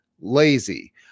lazy